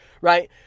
right